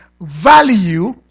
value